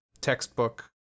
textbook